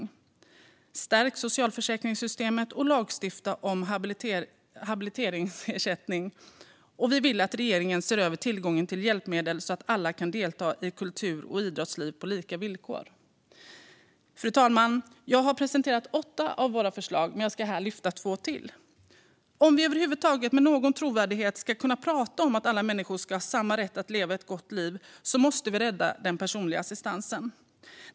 Vi vill att man stärker socialförsäkringssystemet och lagstiftar om habiliteringsersättning. Vi vill att regeringen ser över tillgången till hjälpmedel, så att alla kan delta i kultur och idrottsliv på lika villkor. Fru talman! Jag har nu presenterat åtta av våra förslag. Jag ska lyfta fram två förslag till. Om vi över huvud taget med någon trovärdighet ska kunna prata om att alla människor ska ha samma rätt att leva ett gott liv måste vi rädda den personliga assistansen.